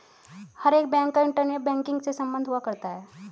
हर एक बैंक का internet banking से सम्बन्ध हुआ करता है